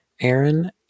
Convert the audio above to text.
Aaron